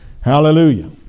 Hallelujah